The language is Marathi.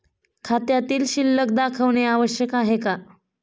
खात्यातील शिल्लक दाखवणे आवश्यक आहे का?